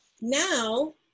now